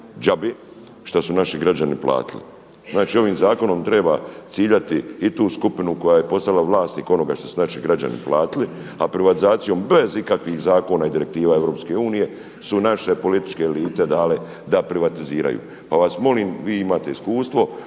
što su naši građani platili. Znači, ovim zakonom treba ciljati i tu skupinu koja je postala vlasnik onoga što su naši građani platili, a privatizacijom bez ikakvih zakona i direktiva Europske unije su naše političke elite dale da privatiziraju. Pa vas molim, vi imate iskustvo,